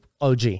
OG